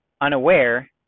unaware